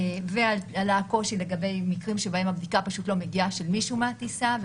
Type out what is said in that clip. עלה קושי לגבי מקרים בהם הבדיקה של מישהו מהטיסה פשוט לא מגיעה